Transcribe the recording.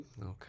Okay